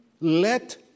let